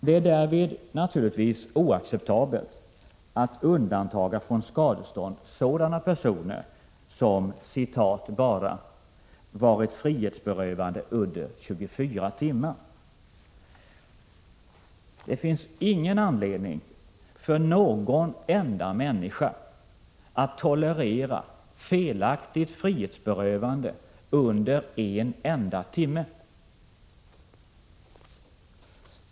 Det är därvid naturligtvis oacceptabelt att undanta från skadestånd sådana personer som ”bara” varit frihetsberövade under 24 timmar. Det finns ingen anledning för någon enda människa att tolerera felaktigt frihetsberövande under en enda timme.